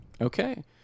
Okay